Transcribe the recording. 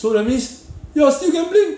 so that means you are still gambling